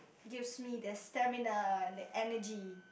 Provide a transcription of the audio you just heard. gives me the stamina the energy